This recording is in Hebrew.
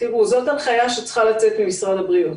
זאת הנחיה שצריכה לצאת ממשרד הבריאות,